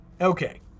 Okay